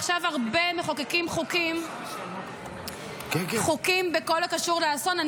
עכשיו הרבה מחוקקים חוקים בכל הקשור לאסון.